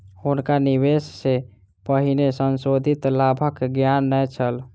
हुनका निवेश सॅ पहिने संशोधित लाभक ज्ञान नै छल